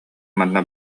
манна